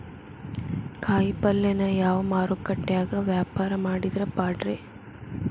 ಕಾಯಿಪಲ್ಯನ ಯಾವ ಮಾರುಕಟ್ಯಾಗ ವ್ಯಾಪಾರ ಮಾಡಿದ್ರ ಪಾಡ್ರೇ?